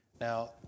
now